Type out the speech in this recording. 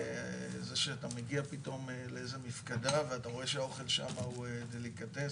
זה שאתה מגיע למפקדה ורואה שהאוכל שם דליקטס